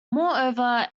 moreover